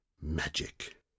Magic